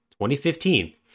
2015